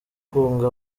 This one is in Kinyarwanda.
kunga